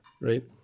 right